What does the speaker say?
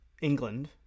England